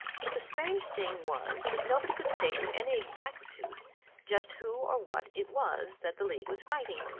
but the strange thing was that nobody could state with any exactitude just who or what it was that the league was fighting.